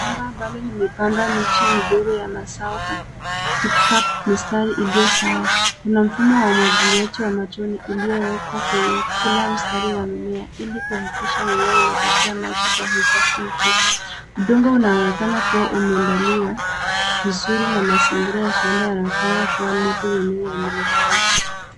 Shamba ambalo limepandwa miche midogo ya mazao katika mistari iliyo sawa. Kuna mfumo wa umwagiliaji wa majiani uliowekwa kwenye kila mstari wa mmea ili kuhakikisha